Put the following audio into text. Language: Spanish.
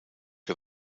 que